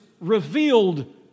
revealed